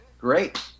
great